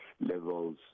levels